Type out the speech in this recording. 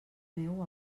neu